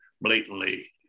blatantly